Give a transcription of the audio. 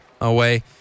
away